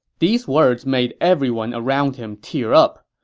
these words made everyone around him tear up,